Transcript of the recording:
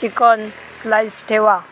chicken slice ठेवा